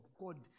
God